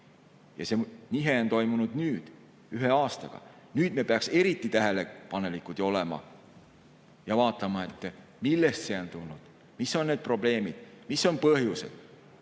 Ja see nihe on toimunud nüüd, ühe aastaga. Me peaks eriti tähelepanelikud olema ja vaatama, millest see on tulnud, mis on need probleemid, mis on põhjused.